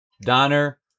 Donner